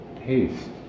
taste